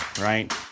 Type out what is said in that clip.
right